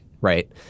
right